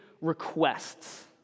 requests